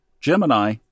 Gemini